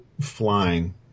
flying